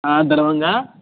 हाँ दरभंगा